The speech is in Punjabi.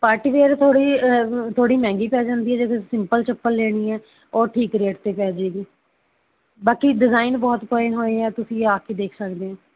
ਪਾਰਟੀ ਵੇਅਰ ਥੋੜ੍ਹੀ ਥੋੜ੍ਹੀ ਮਹਿੰਗੀ ਪੈ ਜਾਂਦੀ ਹੈ ਜੇ ਫਿਰ ਸਿੰਪਲ ਚੱਪਲ ਲੈਣੀ ਹੈ ਉਹ ਠੀਕ ਰੇਟ 'ਤੇ ਪੈ ਜਾਏਗੀ ਬਾਕੀ ਡਿਜ਼ਾਈਨ ਬਹੁਤ ਪਏ ਹੋਏ ਆ ਤੁਸੀਂ ਆ ਕੇ ਦੇਖ ਸਕਦੇ ਹੋ